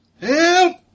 Help